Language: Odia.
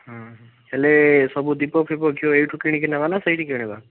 ହଁ ହଁ ହେଲେ ସବୁ ଦୀପ ଫିପ ଘିଅ ଏଇଠୁ କିଣିକି ନେବା ନା ସେଇଠି କିଣିବା